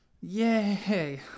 yay